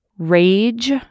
Rage